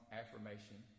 affirmation